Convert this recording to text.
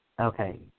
Okay